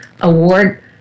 Award